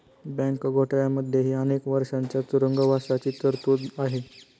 bank घोटाळ्यांमध्येही अनेक वर्षांच्या तुरुंगवासाची तरतूद आहे